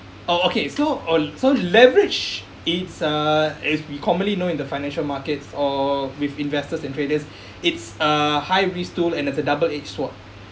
oh okay so all so leverage it's uh as we commonly known in the financial markets or with investors and traders it's a high risk tool and it's a double edged sword